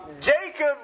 Jacob